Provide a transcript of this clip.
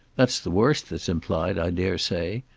that's the worst that's implied, i daresay.